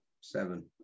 seven